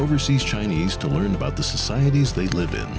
overseas chinese to learn about the societies they live in